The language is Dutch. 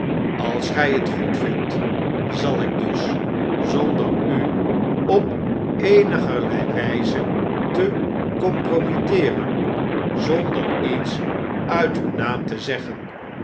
als gij het goedvindt zal ik dus zonder u op eenigerlei wijze te compromitteeren zonder iets uit uw naam te zeggen